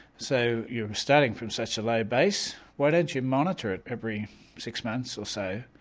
so you're starting from such a low base, why don't you monitor it every six months or so.